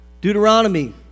Deuteronomy